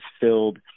filled